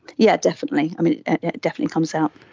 yeah definitely, um it definitely comes out.